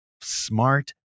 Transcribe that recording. Smart